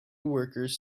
workers